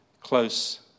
close